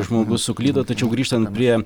žmogus suklydo tačiau grįžtant prie